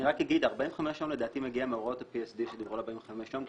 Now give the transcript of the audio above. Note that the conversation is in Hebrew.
45 יום לדעתי מגיע מהוראות ה-PSD שדיברו על 45 יום,